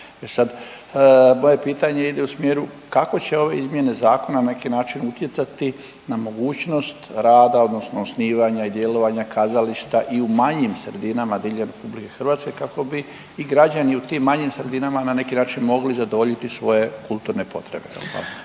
moje pitanje ide u smjeru kako će ove izmjene zakona na neki način utjecati na mogućnost rada odnosno osnivanja i djelovanja kazališta i u manjim sredinama diljem RH kako bi i građani u tim manjim sredinama na neki način mogli zadovoljiti svoje kulturne potrebe.